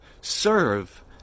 serve